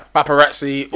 Paparazzi